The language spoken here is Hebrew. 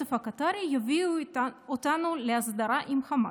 והכסף הקטארי יביאו אותנו להסדרה עם חמאס.